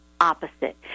opposite